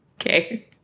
Okay